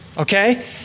Okay